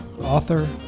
author